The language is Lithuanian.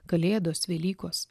kalėdos velykos